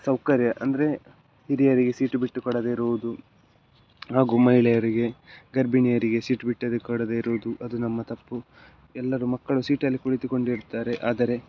ಸೌಕರ್ಯ ಅಂದರೆ ಹಿರಿಯರಿಗೆ ಸೀಟು ಬಿಟ್ಟು ಕೊಡದೇ ಇರುವುದು ಹಾಗೂ ಮಹಿಳೆಯರಿಗೆ ಗರ್ಭಿಣಿಯರಿಗೆ ಸೀಟು ಬಿಟ್ಟು ಕೊಡದೇ ಇರುವುದು ಅದು ನಮ್ಮ ತಪ್ಪು ಎಲ್ಲರೂ ಮಕ್ಕಳು ಸೀಟಲ್ಲಿ ಕುಳಿತುಕೊಂಡಿರ್ತಾರೆ ಆದರೆ